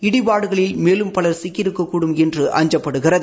இடிபாடுகளில் மேலும் பலர் சிக்கி இருக்கக்கூடும் என்று அஞ்சப்படுகிறது